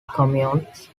commutes